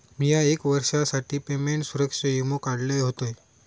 मिया एक वर्षासाठी पेमेंट सुरक्षा वीमो काढलय होतय